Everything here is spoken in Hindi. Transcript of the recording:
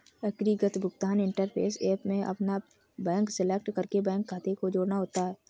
एकीकृत भुगतान इंटरफ़ेस ऐप में अपना बैंक सेलेक्ट करके बैंक खाते को जोड़ना होता है